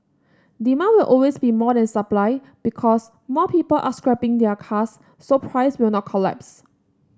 demand will always be more than supply because more people are scrapping their cars so price will not collapse